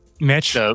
Mitch